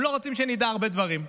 הם לא רוצים שנדע הרבה דברים,